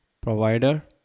provider